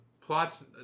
plots